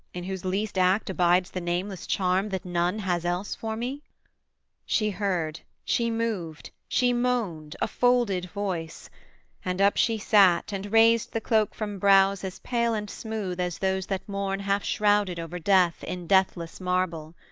in whose least act abides the nameless charm that none has else for me she heard, she moved, she moaned, a folded voice and up she sat, and raised the cloak from brows as pale and smooth as those that mourn half-shrouded over death in deathless marble.